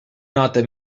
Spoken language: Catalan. nota